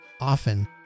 often